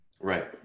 Right